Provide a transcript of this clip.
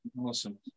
Awesome